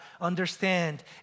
understand